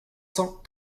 cent